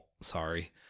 Sorry